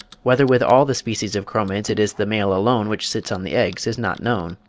whether with all the species of chromids it is the male alone which sits on the eggs is not known.